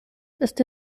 ist